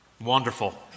Wonderful